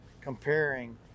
comparing